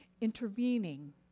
intervening